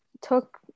took